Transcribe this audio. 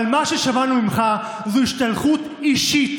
אבל מה ששמענו ממך זה השתלחות אישית